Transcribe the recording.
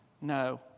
No